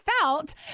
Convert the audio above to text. felt